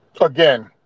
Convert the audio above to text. Again